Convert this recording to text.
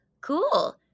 cool